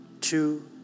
two